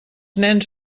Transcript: nens